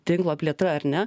tinklo plėtra ar ne